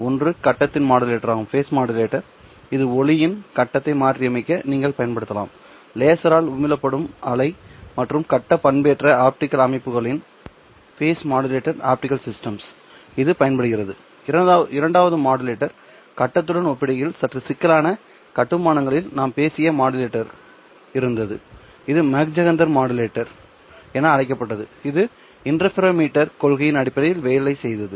ஒன்று கட்டத்தின் மாடுலேட்டராகும் இது ஒளியின் கட்டத்தை மாற்றியமைக்க நீங்கள் பயன்படுத்தலாம் லேசரால் உமிழப்படும் அலை மற்றும் கட்ட பண்பேற்றப்பட்ட ஆப்டிகல் அமைப்புகளில் இது பயன்படுத்தப்படுகிறது இரண்டாவது மாடுலேட்டர் கட்டத்துடன் ஒப்பிடுகையில் சற்று சிக்கலான கட்டுமானங்களில் நாம் பேசிய மாடுலேட்டர் இருந்தது இது மாக் ஜெஹெண்டர் மாடுலேட்டர் என அழைக்கப்பட்டது இது இன்டர்ஃபெரோமீட்டர் கொள்கையின் அடிப்படையில் வேலை செய்தது